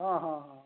हाँ हाँ हाँ